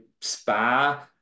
spa